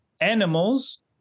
Animals